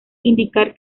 indicar